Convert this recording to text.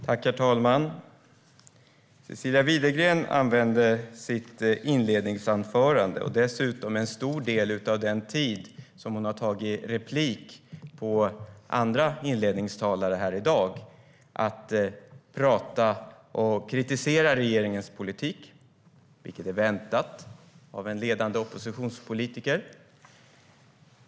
Herr talman! Cecilia Widegren använde sitt inledningsanförande - och dessutom en stor del av den tid då hon har replikerat på andra talare här i dag - till att kritisera regeringens politik, vilket är väntat av en ledande oppositionspolitiker.